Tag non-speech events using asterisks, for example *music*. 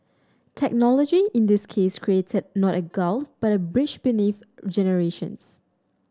technology in this case created not a gulf but a bridge *unintelligible* generations